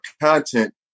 content